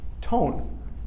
Tone